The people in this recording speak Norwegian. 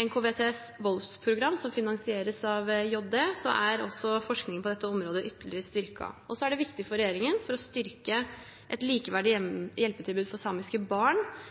NKVTS' voldsprogram, som finansieres av Justisdepartementet, er også forskning på dette området ytterligere styrket. Og så er det viktig for regjeringen, for å styrke et likeverdig hjelpetilbud for samiske barn